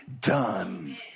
done